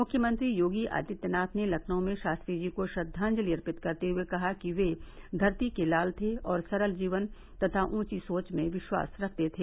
मुख्यमंत्री योगी आदित्यानाथ ने लखनऊ में शास्त्री जी को श्रद्वांजलि अर्पित करते हुए कहा कि वे धरती के लाल थे और सरल जीवन तथा ऊंची सोच में विश्वास रखते थे